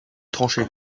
trancher